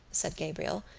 said gabriel,